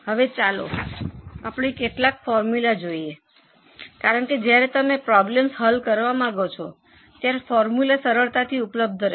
હવે ચાલો આપણે કેટલાક ફોર્મ્યુલા જોઈએ કારણ કે જ્યારે તમે પ્રોબ્લેમ્સ હલ કરવા માંગો છો ત્યારે ફોર્મ્યુલા સરળતાથી ઉપલબ્ધ રહેશે